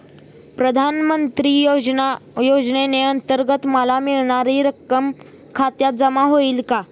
प्रधानमंत्री योजनेअंतर्गत मला मिळणारी रक्कम खात्यात जमा होईल का?